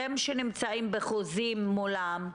אתם שנמצאים בחוזים מולם,